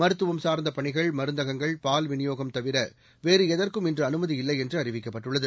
மருத்துவம் சார்ந்த பணிகள் மருந்தகங்கள் பால்விநியோகம் தவிர வேறு எதற்கும் இன்று அனுமதியில்லை என்று அறிவிக்கப்பட்டுள்ளது